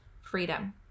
freedom